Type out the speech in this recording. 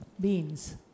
Beans